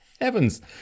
Heavens